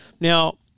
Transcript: Now